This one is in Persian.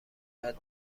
بعد